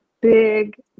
big